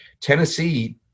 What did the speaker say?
Tennessee